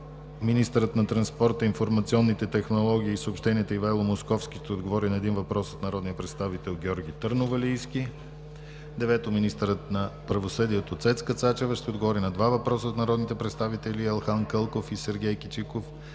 Министърът на транспорта, информационните технологии и съобщенията Ивайло Московски ще отговори на един въпрос от народния представител Георги Търновалийски. 9. Министърът на правосъдието Цецка Цачева ще отговори на два въпроса от народните представители Елхан Кълков и Сергей Кичиков,